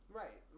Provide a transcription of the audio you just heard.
right